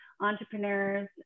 entrepreneurs